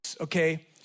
okay